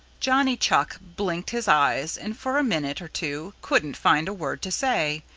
johnny chuck blinked his eyes and for a minute or two couldn't find a word to say.